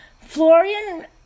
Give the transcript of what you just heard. Florian